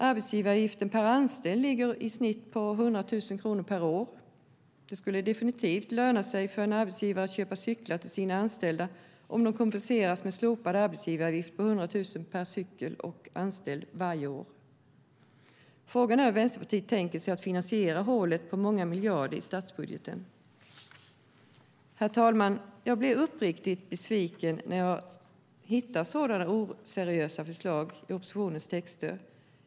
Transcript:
Arbetsgivaravgiften per anställd ligger i snitt på 100 000 kronor per år. Det skulle definitivt löna sig för en arbetsgivare att köpa cyklar till sina anställda om de kompenserades med slopad arbetsgivaravgift på 100 000 kronor per cykel och anställd varje år. Frågan är hur Vänsterpartiet tänker sig att finansiera hålet på många miljarder i statsbudgeten? Herr talman! Jag blir uppriktigt besviken när jag hittar sådana oseriösa förslag i oppositionens texter.